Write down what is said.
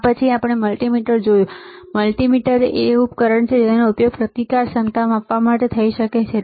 પછી આપણે મલ્ટિમીટર જોયું છેમલ્ટિમીટર એ એક ઉપકરણ છે જેનો ઉપયોગ પ્રતિકાર ક્ષમતા માપવા માટે થઈ શકે છે ખરું